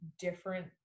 different